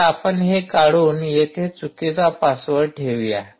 तर आपण हे काढून येथे चुकीचा पासवर्ड ठेवूया